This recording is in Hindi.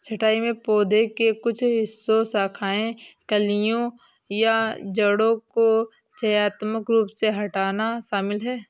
छंटाई में पौधे के कुछ हिस्सों शाखाओं कलियों या जड़ों को चयनात्मक रूप से हटाना शामिल है